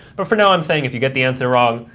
but for now i'm saying if you get the answer wrong,